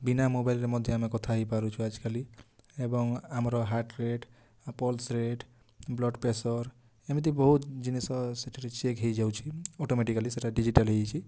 ବିନା ମୋବାଇଲରେ ମଧ୍ୟ ଆମେ କଥା ହେଇପାରୁଛୁ ଆଜିକାଲି ଏବଂ ଆମର heart rate pulse rate blood pressure ଏମିତି ବହୁତ ଜିନିଷ ସେଥିରେ ଚେକ୍ ହେଇଯାଉଛି ଆଟୋମେଟିକାଲି ସେଇଟା ଡ଼ିଜିଟାଲ ହେଇଯାଇଛି